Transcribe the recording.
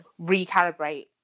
recalibrate